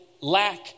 lack